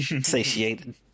Satiated